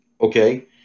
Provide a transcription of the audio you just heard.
okay